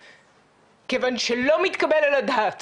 כיוון שלא מתקבל על הדעת